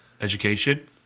education